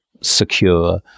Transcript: secure